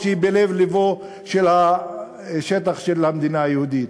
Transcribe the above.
היא בלב-לבו של השטח של המדינה היהודית.